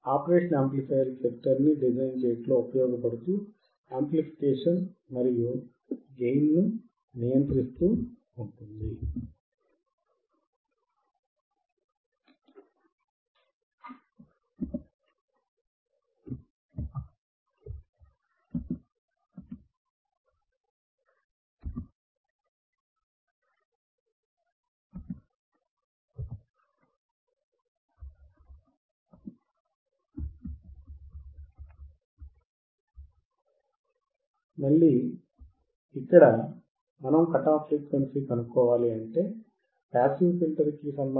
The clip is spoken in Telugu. ఆపరేషనల్ యాంప్లిఫయర్ ఫిల్టర్ ని డిజైన్ చేయుటలో ఉపయోగపడుతూ యాంప్లిఫికేషన్ మరియు గెయిన్ ను నియంత్రిస్తుంది